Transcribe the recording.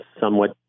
somewhat